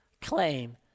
claim